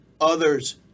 others